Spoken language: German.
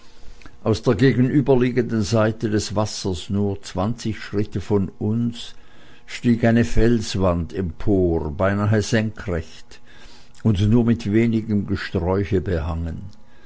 aus der gegenüberliegenden seite des wassers nur zwanzig schritte von uns stieg eine felswand empor beinahe senkrecht und nur mit wenigem gesträuche behangen